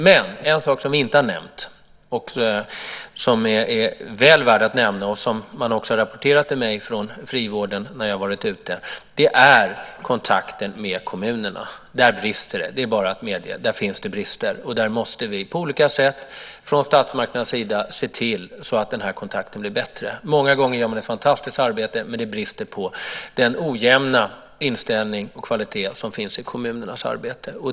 Men en sak som vi inte har nämnt och som är väl värd att nämna - om detta har det rapporterats till mig från frivården när jag varit ute på besök - är kontakten med kommunerna. Där brister det; det är bara att medge det. På olika sätt måste vi från statsmakternas sida se till att den här kontakten blir bättre. Många gånger gör man ett fantastiskt arbete, men det brister i fråga om den ojämna inställning och kvalitet som finns i kommunernas arbete.